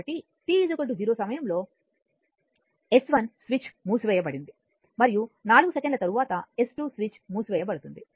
కాబట్టి t 0 సమయంలో S1 switch మూసివేయబడుతుంది మరియు 4 సెకన్ల తరువాత S2 మూసివేయబడుతుంది